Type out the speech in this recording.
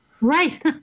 Right